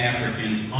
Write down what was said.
Africans